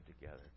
together